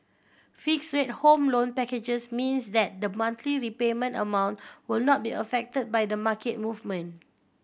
fixed rate Home Loan packages means that the monthly repayment amount will not be affect by the market movement